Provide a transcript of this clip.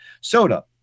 soda